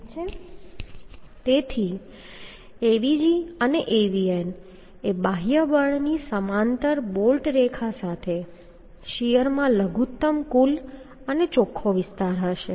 તેથી Avg અને Avn એ બાહ્ય બળની સમાંતર બોલ્ટ રેખા સાથે શીયરમાં લઘુત્તમ કુલ અને ચોખ્ખો વિસ્તાર હશે